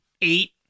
eight